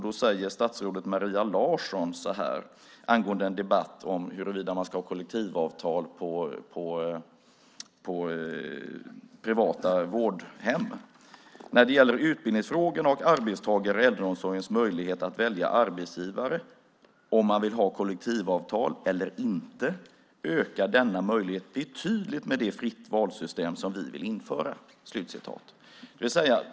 Då säger statsrådet Maria Larsson så här angående en debatt om huruvida man ska ha kollektivavtal på privata vårdhem: "När det gäller utbildningsfrågorna och arbetstagare i äldreomsorgens möjlighet att välja arbetsgivare - om man vill ha kollektivavtal eller inte - ökar denna möjlighet betydligt med det fritt-val-system som vi vill införa."